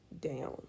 down